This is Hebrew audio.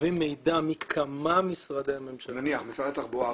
שמביא מידע מכמה משרדי ממשלה --- נניח משרד התחבורה,